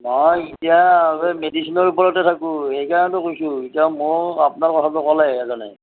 নহয় এতিয়া মেডিচিনৰ ওপৰতে থাকোঁ সেইকাৰণেতো কৈছোঁ এতিয়া মোক আপোনাৰ কথাটো ক'লে এজনে